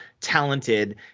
talented